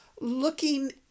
looking